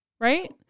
Right